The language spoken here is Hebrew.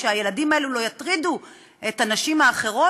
שהילדים האלה לא יטרידו את הנשים האחרות,